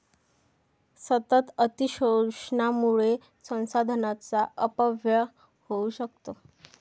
सतत अतिशोषणामुळे संसाधनांचा अपव्यय होऊ शकतो